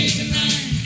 tonight